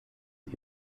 sie